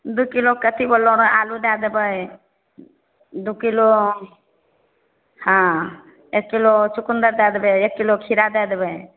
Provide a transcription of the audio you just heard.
दू किलो कथि बोलरो रऽ आलू दै देबै दू किलो हाँ एक किलो चुकुंदर दै देबै एक किलो खीरा दै देबै